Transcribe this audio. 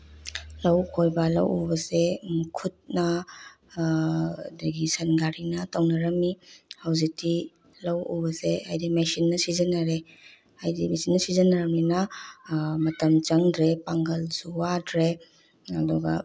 ꯂꯧ ꯈꯣꯏꯕ ꯂꯧ ꯎꯕꯁꯦ ꯈꯨꯠꯅ ꯑꯗꯒꯤ ꯁꯟ ꯒꯥꯔꯤꯅ ꯇꯧꯅꯔꯝꯃꯤ ꯍꯧꯖꯤꯛꯇꯤ ꯂꯧ ꯎꯕꯁꯦ ꯍꯥꯏꯗꯤ ꯃꯦꯆꯤꯟꯅ ꯁꯤꯖꯤꯟꯅꯔꯦ ꯍꯥꯏꯗꯤ ꯃꯦꯆꯤꯟꯅ ꯁꯤꯖꯟꯅꯔꯃꯤꯅ ꯃꯇꯝ ꯆꯪꯗ꯭ꯔꯦ ꯄꯥꯡꯒꯜꯁꯨ ꯋꯥꯗ꯭ꯔꯦ ꯑꯗꯨꯒ